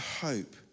hope